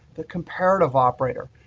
the comparative operator.